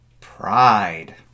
pride